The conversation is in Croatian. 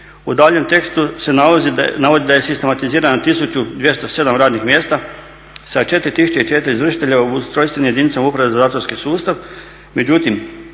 U daljnjem tekstu se navodi da je sistematizirano 1.207 radnih mjesta sa 4.004 izvršitelja u ustrojstvenim jedinicama Uprave za zatvorski sustav. Međutim,